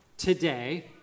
today